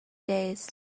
days